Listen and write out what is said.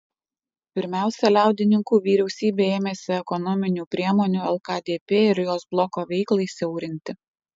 pirmiausia liaudininkų vyriausybė ėmėsi ekonominių priemonių lkdp ir jos bloko veiklai siaurinti